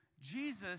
Jesus